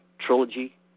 trilogy